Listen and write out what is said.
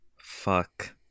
fuck